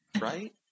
right